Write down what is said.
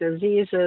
diseases